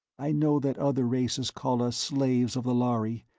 i know that other races call us slaves of the lhari.